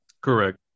Correct